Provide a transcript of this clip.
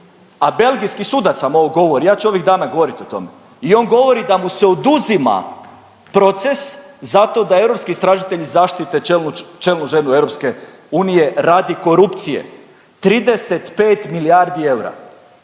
a belgijski sudac vam ovo govori. Ja ću ovih dana govorit o tome, i on govori da mu se oduzima proces zato da europski istražitelji zaštite čelnu ženu EU radi korupcije. 35 milijardi eura,